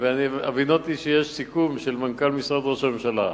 והבינותי שיש סיכום של מנכ"ל משרד ראש הממשלה.